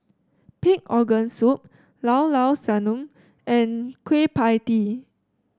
Pig Organ Soup Llao Llao Sanum and Kueh Pie Tee